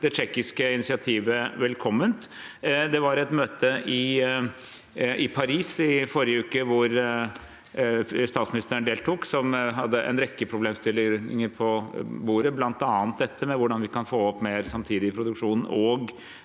det tsjekkiske initiativet velkomment. Det var et møte i Paris i forrige uke, hvor statsministeren deltok, som hadde en rekke problemstillinger på bordet, bl.a. dette med hvordan vi kan få opp mer samtidig produksjon og